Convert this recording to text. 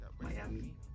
Miami